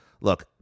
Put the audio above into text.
look